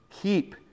Keep